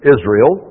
Israel